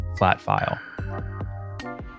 FlatFile